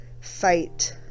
fight